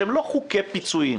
שהם לא חוקי פיצויים,